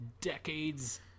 decades